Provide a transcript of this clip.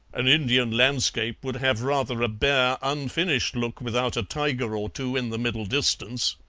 an indian landscape would have rather a bare, unfinished look without a tiger or two in the middle distance.